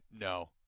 no